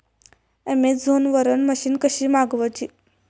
Amazon वरन machine कशी मागवची?